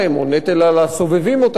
והדבר הזה הוא מאוד מאוד בעייתי.